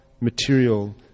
material